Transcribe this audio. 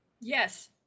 Yes